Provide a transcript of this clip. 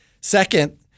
Second